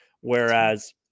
Whereas